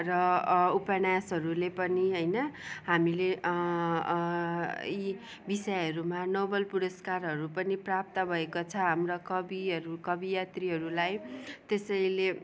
र उपन्यासहरूले पनि होइन हामीले यी विषयहरूमा नोबल पुरस्कारहरू पनि प्राप्त भएको छ हाम्रो कविहरू कवियत्रीहरूलाई त्यसैले